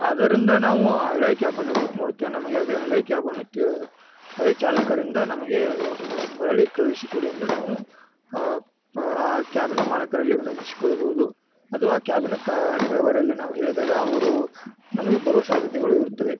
ಆದರಿಂದ ನಾವು ಆ ಹಳೆಯ ಕ್ಯಾಬನ್ನು ಬುಕ್ ಮಾಡುತ್ತೇವೆ ನಮಗೆ ಅದೆ ಹಳೆಯ ಕ್ಯಾಬನ್ನು ಅದೆ ಚಾಲಕರಿಂದ ನಮಗೆ ಮರಳಿ ಕಳುಹಿಸಿಕೊಡಿ ಎಂದು ನಾವು ಆ ಕ್ಯಾಬಿನ ಮಾಲಿಕರಲ್ಲಿ ವಿನಂತಿಸಿಕೊಳ್ಳಬಹುದು ಅದು ಆ ಕ್ಯಾಬಿನ ಕಾ ಡ್ರೈವರಲ್ಲಿ ನಾವು ಹೇಳಿದಾಗ ಅವರು ನಮಗೆ ಬರೋ ಸಾಧ್ಯತೆಗಳು ಇರುತ್ತವೆ